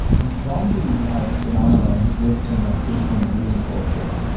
zombies as a phenomenon exist in the haitian voodoo culture.